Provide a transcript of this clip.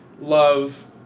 love